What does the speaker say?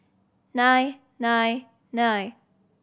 nine nine nine